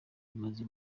bimaze